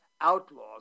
outlaws